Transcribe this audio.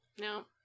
No